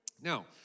Now